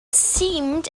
seemed